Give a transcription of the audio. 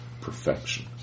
perfection